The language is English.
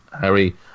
Harry